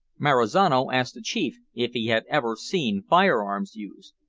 marizano asked the chief if he had ever seen fire-arms used.